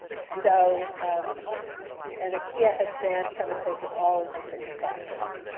so um and ikea has been chemicals in all of the six classes.